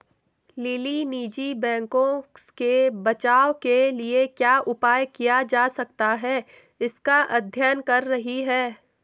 lily निजी बैंकों के बचाव के लिए क्या उपाय किया जा सकता है इसका अध्ययन कर रही है